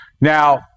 Now